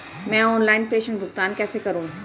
मैं ऑनलाइन प्रेषण भुगतान कैसे करूँ?